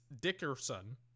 Dickerson